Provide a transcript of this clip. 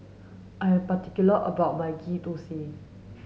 I am particular about my Ghee Thosai